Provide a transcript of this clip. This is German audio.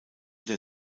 der